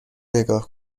نگاه